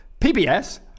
PBS